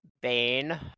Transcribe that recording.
Bane